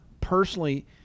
personally